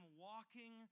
walking